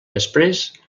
després